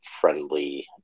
friendly